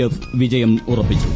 F വിജയം ഉറപ്പിച്ചു